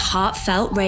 Heartfelt